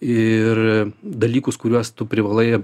ir dalykus kuriuos tu privalai